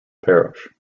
parish